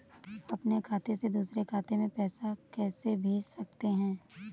अपने खाते से दूसरे खाते में पैसे कैसे भेज सकते हैं?